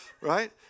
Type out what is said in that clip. Right